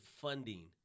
funding